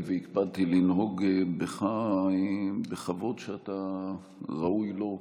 והקפדתי לנהוג בך בכבוד שאתה ראוי לו,